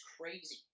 crazy